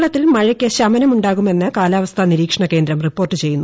കേരളത്തിൽ മഴയ്ക്ക് ശമനമുണ്ടാകുമെന്ന് കാലാവസ്ഥ നിരീക്ഷണ കേന്ദ്രം റിപ്പോർട്ട് ചെയ്യുന്നു